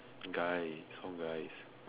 guy all guys